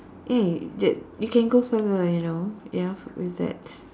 eh that you can go further you know ya with that